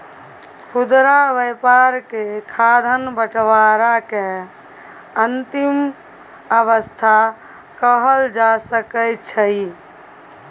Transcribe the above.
खुदरा व्यापार के खाद्यान्न बंटवारा के अंतिम अवस्था कहल जा सकइ छइ